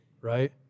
right